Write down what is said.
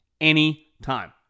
anytime